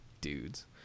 dudes